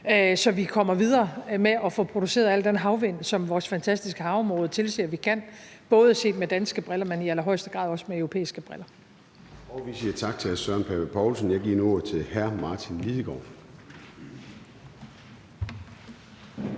så vi kommer videre med at få produceret al den havvindenergi, som vores fantastiske havområde tilsiger, vi kan, både set med danske briller, men i allerhøjeste grad også med europæiske briller.